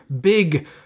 big